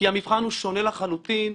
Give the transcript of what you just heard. כי המבחן הוא שונה לחלוטין,